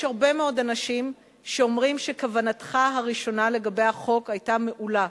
יש הרבה מאוד אנשים שאומרים שכוונתך הראשונה לגבי החוק היתה מעולה,